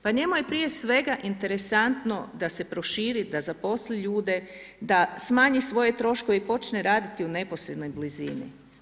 Pa njemu je prije svega interesantno da se proširi, da zaposli ljude, da smanji svoje troškove i počne raditi neposrednoj blizini.